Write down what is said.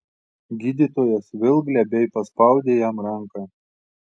gydytojas vėl glebiai paspaudė jam ranką